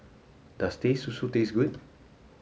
does Teh Susu taste good